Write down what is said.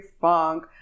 funk